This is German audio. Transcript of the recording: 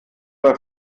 bei